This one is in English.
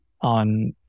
on